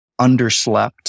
underslept